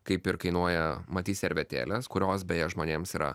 kaip ir kainuoja matyt servetėlės kurios beje žmonėms yra